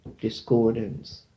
discordance